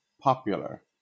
popular